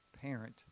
parent